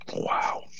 Wow